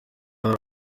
hari